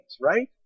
right